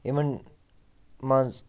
یِمن منٛز